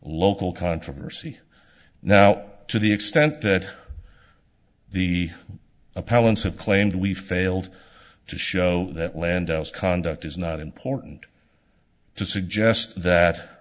local controversy now to the extent that the appellants have claimed we failed to show that land conduct is not important to suggest that